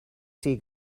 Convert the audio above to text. sea